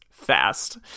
fast